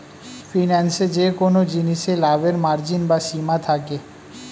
ফিন্যান্সে যেকোন জিনিসে লাভের মার্জিন বা সীমা থাকে